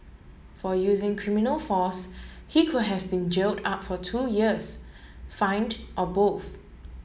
for using criminal force he could have been jailed up for two years fined or both